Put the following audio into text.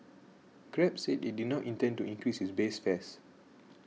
Grab said it did not intend to increase its base fares